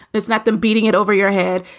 it's not them beating it over your head.